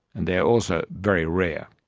and they are also very rare.